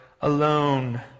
alone